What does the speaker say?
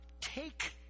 take